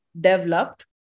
developed